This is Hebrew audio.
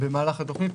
במהלך התוכנית.